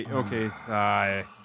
okay